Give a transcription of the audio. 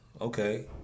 okay